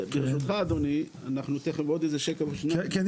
ברשותך אדוני אנחנו תכף בעוד איזה שקף או שנים- -- כי אני